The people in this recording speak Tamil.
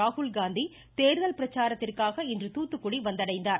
ராகுல்காந்தி தேர்தல் பிரச்சாரத்திற்காக இன்று தூத்துக்குடி வந்தடைந்தார்